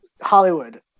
Hollywood